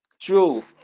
True